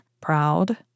Proud